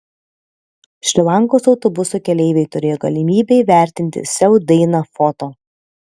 šri lankos autobuso keleiviai turėjo galimybę įvertinti sel dainą foto